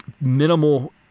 minimal